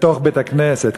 בתוך בית-הכנסת,